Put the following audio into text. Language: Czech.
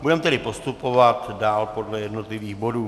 Budeme tedy postupovat dál podle jednotlivých bodů.